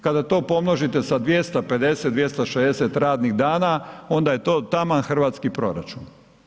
Kada to pomnožite sa 250, 260 radnih dana onda je to taman hrvatski proračun.